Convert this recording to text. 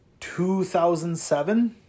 2007